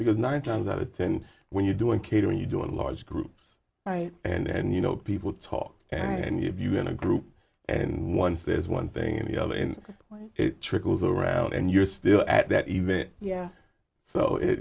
because nine times out of ten when you doing catering you do in large groups right and you know people talk and if you in a group and one says one thing and the other and it trickles around and you're still at that event yeah so